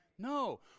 No